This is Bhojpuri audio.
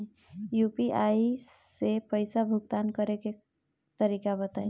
यू.पी.आई से पईसा भुगतान करे के तरीका बताई?